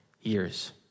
years